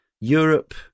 Europe